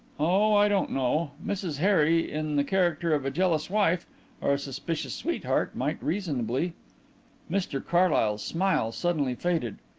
oh, i don't know. mrs harry, in the character of a jealous wife or a suspicious sweetheart, might reasonably mr carlyle's smile suddenly faded.